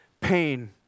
pain